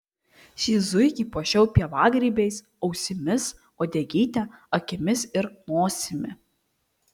šį zuikį puošiau pievagrybiais ausimis uodegyte akimis ir nosimi